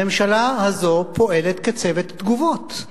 הממשלה הזו פועלת כצוות תגובות.